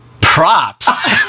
props